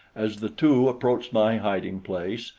as the two approached my hiding-place,